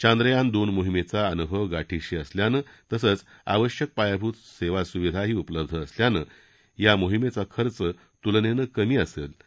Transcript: चांद्रयान दोन मोहिमेचा अनुभव गाठिशी असल्यानं तसंच आवश्यक पायाभूत सेवा सुविधाही उपलब्ध असल्यानं या मोहिमेचा खर्च तूलनेनं कमी असेल असं ते म्हणाले